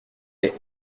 les